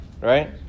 right